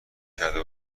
کرده